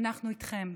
אנחנו איתכם.